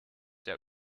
der